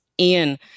Ian